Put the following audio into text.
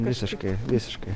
visiškai visiškai